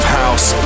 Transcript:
house